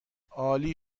عالی